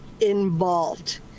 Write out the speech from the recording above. involved